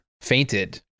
fainted